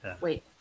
Wait